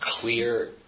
Clear